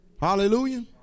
Hallelujah